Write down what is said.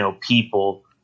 people